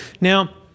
Now –